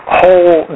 whole